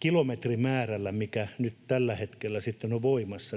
kilometrimäärällä, mikä nyt tällä hetkellä sitten on voimassa,